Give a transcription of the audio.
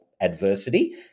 adversity